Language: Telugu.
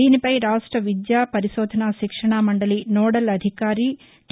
దీనిపై రాష్ట విద్యా పరిశోధన శిక్షణా మండలి నోదల్ అధికారి టి